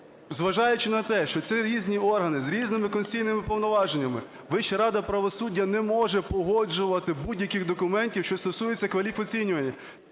зважаючи на те, що це різні органи з різними конституційними повноваженнями, Вища рада правосуддя не може погоджувати будь-які документи, що стосуються кваліфоцінювання.